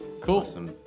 Cool